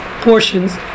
portions